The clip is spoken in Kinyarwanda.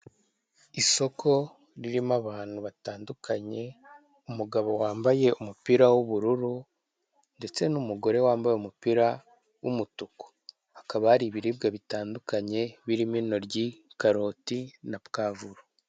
Isoko ririmo abantu batandukanye umugabo wambaye umupira w'ubururu, ndetse n'umugore wambaye umupira w'umutuku. Hakaba hari ibiribwa bitandukanye birimo intoryi, karoti, na pwavuro.